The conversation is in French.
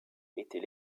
était